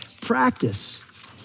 practice